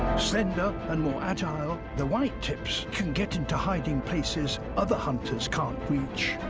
slender and more agile, the whitetips can get into hiding places other hunters can't reach.